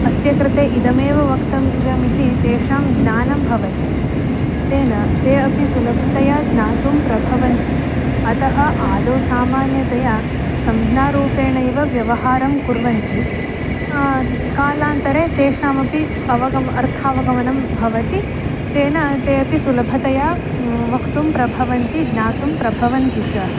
अस्य कृते इदमेव वक्तव्यमिति तेषां ज्ञानं भवति तेन ते अपि सुलभतया ज्ञातुं प्रभवन्ति अतः आदौ सामान्यतया संज्ञारूपेणैव व्यवहारं कुर्वन्ति कालान्तरे तेषामपि अवगम् अर्थावगमनं भवति तेन ते अपि सुलभतया वक्तुं प्रभवन्ति ज्ञातुं प्रभवन्ति च